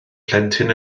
plentyn